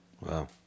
Wow